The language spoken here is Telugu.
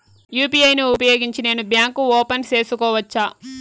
యు.పి.ఐ ను ఉపయోగించి నేను బ్యాంకు ఓపెన్ సేసుకోవచ్చా?